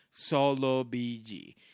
SOLOBG